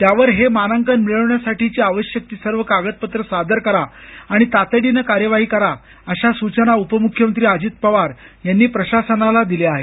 त्यावर हे मानांकन मिळवण्यासाठीची आवश्यक ती सर्व कागदपत्रे सादर करा आणि तातडीनं कार्यवाही करा अशा सुचना उपमुख्यमंत्री अजीत पवार यांनी प्रशासनाला दिल्या आहेत